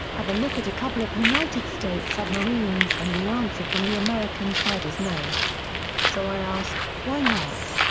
have a look at a couple of united states submarines and the answer from the american side is no so i ask, why not?